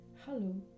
hello